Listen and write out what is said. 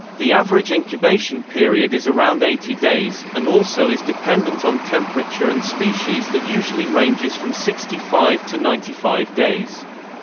the average incubation period is around eighty days, and also is dependent on temperature and species that usually ranges from sixty five to ninety five days.